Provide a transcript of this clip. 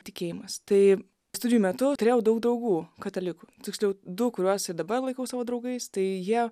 tikėjimas tai studijų metu turėjau daug draugų katalikų tiksliau du kuriuos ir dabar laikau savo draugais tai jie